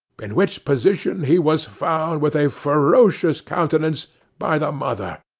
in which position he was found with a ferocious countenance by the mother,